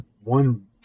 one